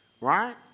right